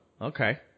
okay